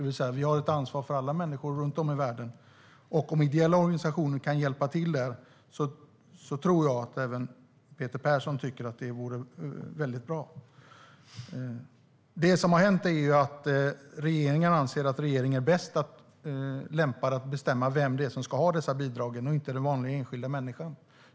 Vi har ett ansvar för alla människor runt om i världen. Om ideella organisationer kan hjälpa till där tror jag att även Peter Persson tycker att det vore väldigt bra. Nu anser regeringen att man själv är bäst lämpad att bestämma vem som ska ha dessa bidrag; det är nog inte den vanliga enskilda människan.